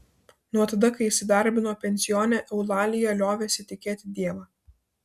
nuo tada kai įsidarbino pensione eulalija liovėsi tikėti dievą